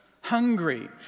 hungry